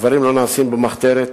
הדברים לא נעשים במחתרת,